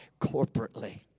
corporately